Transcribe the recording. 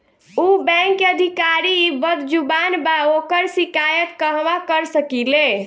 उ बैंक के अधिकारी बद्जुबान बा ओकर शिकायत कहवाँ कर सकी ले